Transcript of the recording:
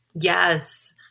Yes